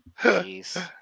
Jeez